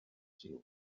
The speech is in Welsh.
sul